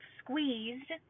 squeezed